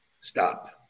stop